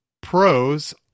Pros